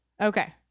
Okay